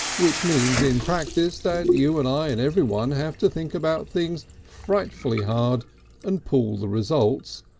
which means in practice that you and i and everyone have to think about things frightfully hard and pool the results,